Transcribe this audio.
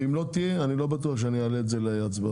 ואם לא תהיה אני לא בטוח שאני אעלה את זה להצבעה.